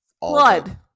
Blood